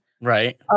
Right